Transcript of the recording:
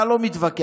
אתה לא מתווכח.